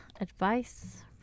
advice